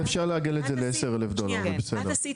אפשר לעגל את זה ל-10 אלף דולר, זה בסדר.